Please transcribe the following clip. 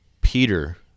peter